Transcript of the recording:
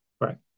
Right